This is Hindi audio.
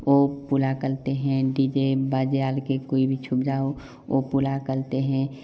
और पूरा करते हैं डीजे बाजा के कोई भी सुविधा हो वो पूरा करते हैं